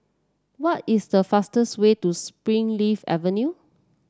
what is the fastest way to Springleaf Avenue